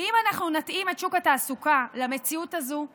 ואם אנחנו נתאים את שוק התעסוקה למציאות הזו,